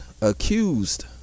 accused